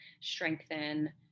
strengthen